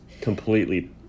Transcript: Completely